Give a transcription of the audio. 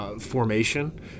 Formation